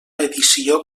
edició